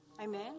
Amen